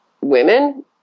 women